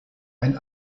ein